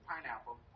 pineapple